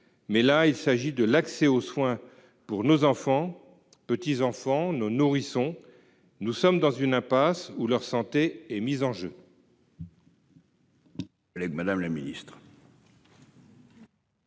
Mais là il s'agit de l'accès aux soins pour nos enfants, petits-enfants nos nourrissons. Nous sommes dans une impasse ou leur santé et mise en jeu.